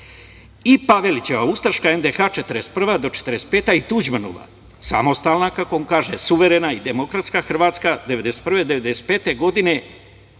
i Pavelićeva ustaška NDH 1941. do 1945. i Tuđmanova, samostalna, kako on kaže, suverena i demokratska Hrvatska 1991. do 1995.